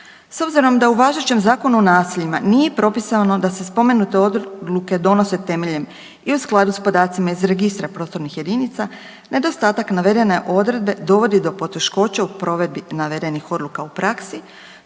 S obzirom da u važećem Zakonu o naseljima nije propisano da se spomenute odluke donose temeljem i u skladu s podacima iz Registra prostornih jedinica, nedostatak navedene odredbe dovodi po poteškoća u provedbi navedenih odluka u praksi,